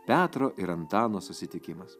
petro ir antano susitikimas